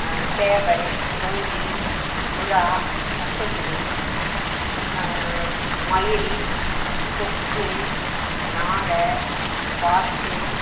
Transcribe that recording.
சேவல் கோழி புறா பச்சைக்கிளி மயில் கொக்கு நாரை வாத்து